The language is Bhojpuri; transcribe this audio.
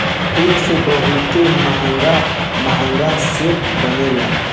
फूल से बहुते महंग महंग सेंट बनेला